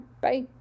Bye